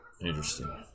Interesting